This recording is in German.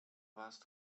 warst